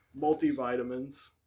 Multivitamins